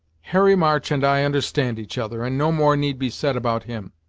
harry march and i understand each other, and no more need be said about him.